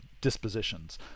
dispositions